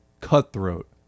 cutthroat